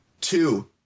Two